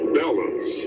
balance